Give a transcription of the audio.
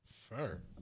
Fur